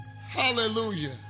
hallelujah